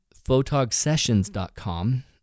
PhotogSessions.com